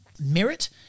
merit